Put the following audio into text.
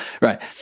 Right